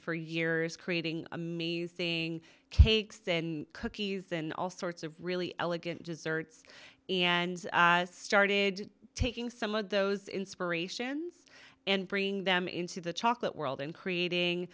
for years creating amazing cakes and cookies and all sorts of really elegant desserts and started taking some of those inspirations and bringing them into the chocolate world and creating